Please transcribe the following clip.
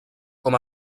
com